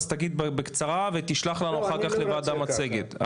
אז תגיד בקצרה ותשלח לנו אחר כך לוועדה את המצגת.